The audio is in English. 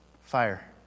Fire